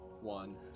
one